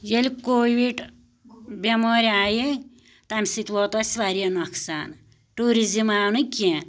ییٚلہِ کوٚوِڈ بیٚمٲرۍ آیہِ تَمہِ سۭتۍ ووت اسہِ واریاہ نۄقصان ٹیٛوٗرِزٕم آو نہٕ کیٚنٛہہ